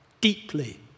deeply